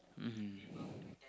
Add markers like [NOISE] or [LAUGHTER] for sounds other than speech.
mmhmm [BREATH]